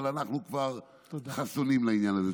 אבל אנחנו כבר חסונים לעניין הזה.